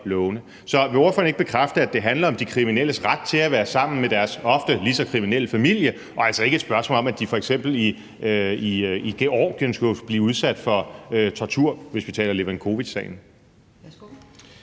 Vil ordføreren ikke bekræfte, at det handler om de kriminelles ret til at være sammen med deres ofte lige så kriminelle familie og altså ikke er et spørgsmål om, at de f.eks. i Georgien skulle blive udsat for tortur, hvis vi taler Levakovicsagen?